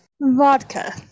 vodka